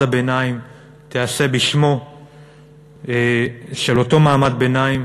הביניים תיעשה בשמו של אותו מעמד ביניים,